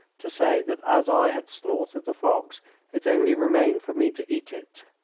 to say that as i had slaughtered the fox it only remained for me to eat it.